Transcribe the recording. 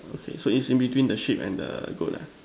okay so it's in between the sheep and the goat lah